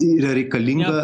yra reikalinga